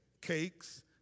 cakes